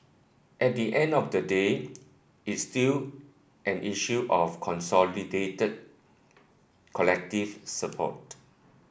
at the end of the day it's still an issue of consolidated collective support